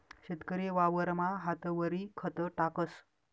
शेतकरी वावरमा हातवरी खत टाकस